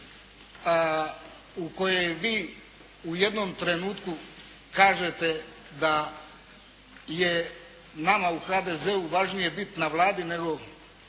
u kojoj vi u jednom trenutku kažete da je nama u HDZ-u važnije biti na Vladi, nego